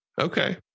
Okay